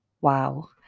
wow